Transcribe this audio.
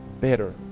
better